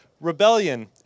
Rebellion